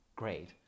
Great